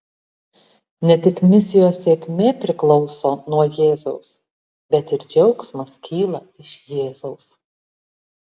ne tik misijos sėkmė priklauso nuo jėzaus bet ir džiaugsmas kyla iš jėzaus